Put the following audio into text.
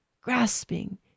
grasping